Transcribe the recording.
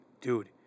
Dude